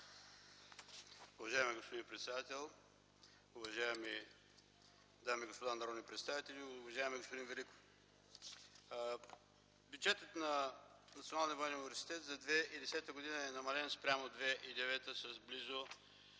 Уважаеми господин председател, уважаеми дами и господа народни представители, уважаеми господин Великов! Бюджетът на Националния военен университет за 2010 г. е намален спрямо 2009 г. с близо